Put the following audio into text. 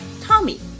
Tommy